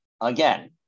Again